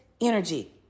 energy